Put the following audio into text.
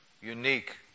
unique